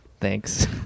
Thanks